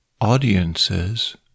audiences